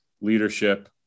leadership